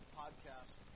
podcast